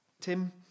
Tim